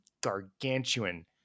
gargantuan